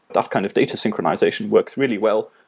that kind of data synchronization works really well,